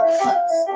close